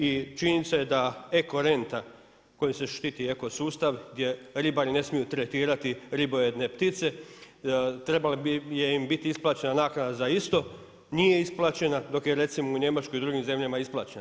I činjenica je da eko renta kojom se štiti eko sustav gdje ribari ne smiju tretirati ribojedne ptice, trebala im je biti isplaćena naknada za isto, nije isplaćena, dok je recimo u Njemačkoj i drugim zemljama isplaćena.